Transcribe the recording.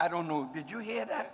i don't know did you hear that